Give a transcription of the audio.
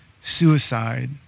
suicide